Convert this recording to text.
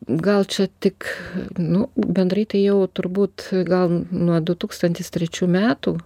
gal čia tik nu bendrai tai jau turbūt gal nuo du tūkstantis trečių metų